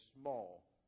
small